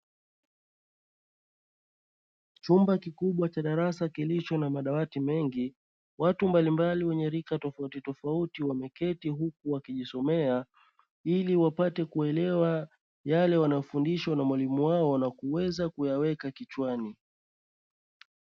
Chumba kikubwa cha darasa kilicho na madawati mengi watu mbalimbali wenye rika tofautitofauti wameketi, huku wakijisomea ili wapate kuelewa yale wanayofundishwa na mwalimu wao na kuweza kuyaweka kichwani.